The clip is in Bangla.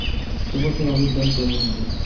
এ বছর আলুর দাম কেমন হবে?